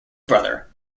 brother